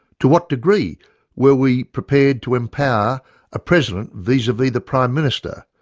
to what degree were we prepared to empower a president vis-a-vis the prime minister,